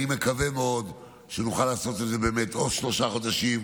אני מקווה מאוד שנוכל לעשות את זה באמת בעוד שלושה חודשים,